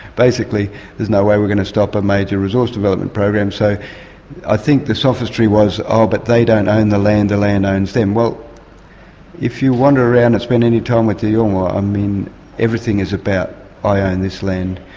basically there's no way we're going to stop a major resource development program, so i think the sophistry was oh, but they don't own and the land, the land owns them. well if you wander around and spend any time with the yolngu, ah i mean everything is about i own and this land,